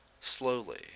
slowly